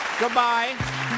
Goodbye